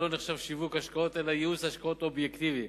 לא נחשב שיווק השקעות אלא ייעוץ השקעות אובייקטיבי,